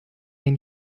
den